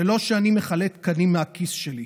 זה לא שאני מחלק תקנים מהכיס שלי.